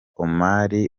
omar